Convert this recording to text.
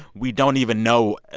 we don't even know,